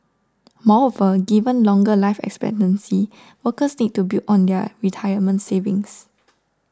moreover given longer life expectancy workers need to build on their retirement savings